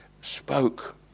spoke